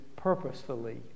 purposefully